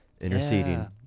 interceding